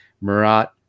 Murat